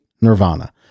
Nirvana